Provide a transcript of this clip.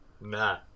Nah